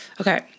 Okay